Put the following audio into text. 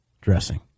dressing